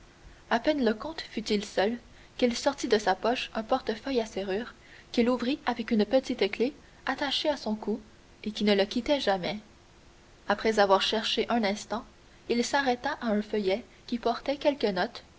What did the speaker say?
à peine le comte fut-il seul qu'il sortit de sa poche un portefeuille à serrure qu'il ouvrit avec une petite clef attachée à son cou et qui ne le quittait jamais après avoir cherché un instant il s'arrêta à un feuillet qui portait quelques notes